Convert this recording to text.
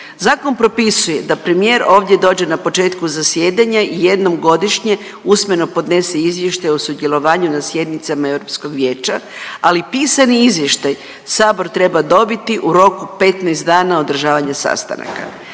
Zakon propisuje da premijer ovdje dođe na početku zajedanja i jednom godišnje usmeno podnese izvještaj o sudjelovanju na sjednicama Europskog vijeća, ali pisani izvještaj sabor treba dobiti u roku 15 dana održavanja sastanaka.